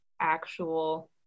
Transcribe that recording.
actual